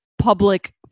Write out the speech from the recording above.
public